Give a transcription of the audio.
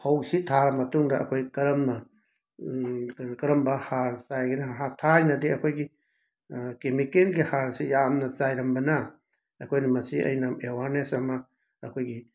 ꯐꯧꯁꯤ ꯊꯥꯔꯕ ꯃꯇꯨꯡꯗ ꯑꯩꯈꯣꯏ ꯀꯔꯝꯅ ꯀꯦꯅꯣ ꯀꯔꯝꯕ ꯍꯥꯔ ꯆꯥꯏꯒꯅꯤ ꯍꯥ ꯊꯥꯏꯅꯗꯤ ꯑꯩꯈꯣꯏꯒꯤ ꯀꯦꯃꯤꯀꯦꯟꯒꯤ ꯍꯥꯔꯁꯦ ꯌꯥꯝꯅ ꯆꯥꯏꯔꯝꯕꯅ ꯑꯩꯈꯣꯏꯅ ꯃꯁꯤ ꯑꯩꯅ ꯑꯦꯋꯥꯔꯅꯦꯁ ꯑꯃ ꯑꯩꯈꯣꯏꯒꯤ